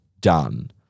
Done